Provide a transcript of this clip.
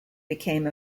became